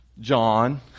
john